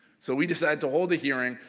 so we decided to hold the hearing,